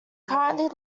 currently